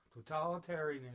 Totalitarianism